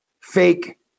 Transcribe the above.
fake